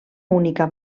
única